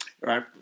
Right